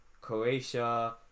Croatia